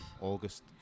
august